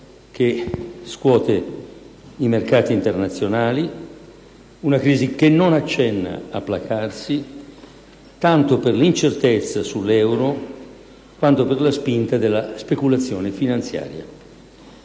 che scuote i mercati internazionali, una crisi che non accenna a placarsi tanto per l'incertezza sull'euro, quanto per la spinta della speculazione finanziaria.